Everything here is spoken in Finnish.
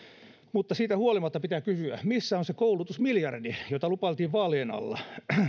mutta siitä huolimatta pitää kysyä missä on se koulutusmiljardi jota lupailtiin vaalien alla